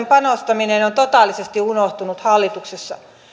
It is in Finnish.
panostaminen on totaalisesti unohtunut hallituksessa